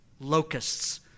locusts